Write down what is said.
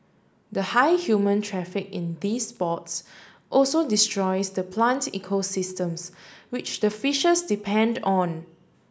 the high human traffic in these spots also destroys the plant ecosystems which the fishes depend on